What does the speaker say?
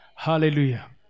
Hallelujah